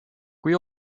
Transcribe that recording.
kui